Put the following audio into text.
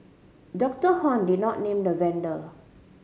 Doctor Hon did not name the vendor